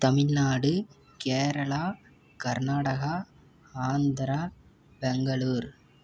Tamil Nadu Kerala Karnataka Andhra Bangalore